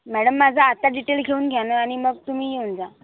madam माझं आता detail घेऊन घ्या ना आणि मग तुम्ही येऊन जा